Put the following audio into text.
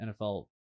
NFL